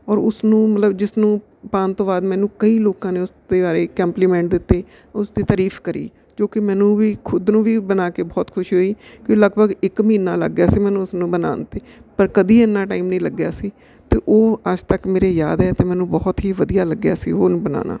ਔਰ ਉਸਨੂੰ ਮਤਲਬ ਜਿਸ ਨੂੰ ਪਾਉਣ ਤੋਂ ਬਾਅਦ ਮੈਨੂੰ ਕਈ ਲੋਕਾਂ ਨੇ ਉਸ ਦੇ ਬਾਰੇ ਕੰਪਲੀਮੈਂਟ ਦਿੱਤੇ ਉਸ ਦੀ ਤਾਰੀਫ ਕਰੀ ਜੋ ਕਿ ਮੈਨੂੰ ਵੀ ਖੁਦ ਨੂੰ ਵੀ ਬਣਾ ਕੇ ਬਹੁਤ ਖੁਸ਼ੀ ਹੋਈ ਕਿਉਂ ਲਗਭਗ ਇੱਕ ਮਹੀਨਾ ਲੱਗ ਗਿਆ ਸੀ ਮੈਨੂੰ ਉਸ ਨੂੰ ਬਣਾਉਣ 'ਤੇ ਪਰ ਕਦੀ ਇੰਨਾ ਟਾਈਮ ਨਹੀਂ ਲੱਗਿਆ ਸੀ ਅਤੇ ਉਹ ਅੱਜ ਤੱਕ ਮੇਰੇ ਯਾਦ ਹੈ ਅਤੇ ਮੈਨੂੰ ਬਹੁਤ ਹੀ ਵਧੀਆ ਲੱਗਿਆ ਸੀ ਉਹਨੂੰ ਬਣਾਉਣਾ